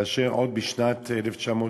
אשר ביקר כבר בשנת 1999,